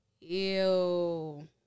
Ew